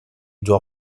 doit